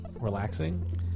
relaxing